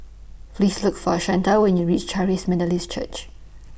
Please Look For Shanta when YOU REACH Charis Methodist Church